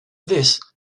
this